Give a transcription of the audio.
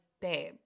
babe